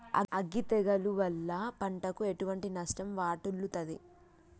అగ్గి తెగులు వల్ల పంటకు ఎటువంటి నష్టం వాటిల్లుతది?